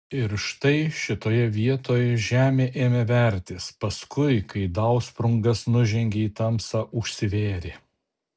ir štai šitoje vietoj žemė ėmė vertis paskui kai dausprungas nužengė į tamsą užsivėrė